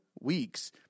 weeks